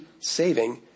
saving